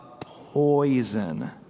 poison